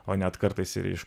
o net kartais ir iš